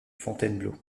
fontainebleau